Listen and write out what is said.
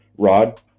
rod